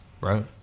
Right